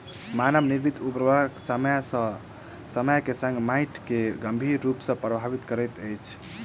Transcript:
मानव निर्मित उर्वरक समय के संग माइट के गंभीर रूप सॅ प्रभावित करैत अछि